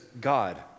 God